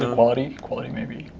and quality? quality, maybe?